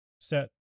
set